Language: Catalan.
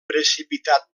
precipitat